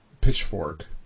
pitchfork